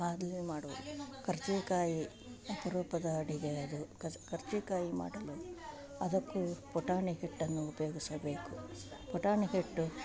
ಮಾದ್ಲೇ ಮಾಡುದು ಕರ್ಜಿಗ ಕಾಯಿ ಅಪರೂಪದ ಅಡಿಗೆ ಅದು ಕಸ್ ಕರ್ಜಿ ಕಾಯಿ ಮಾಡಲು ಅದಕ್ಕೂ ಪುಟಾಣಿ ಹಿಟ್ಟನ್ನು ಉಪಯೋಗಿಸಬೇಕು ಪುಟಾಣಿ ಹಿಟ್ಟು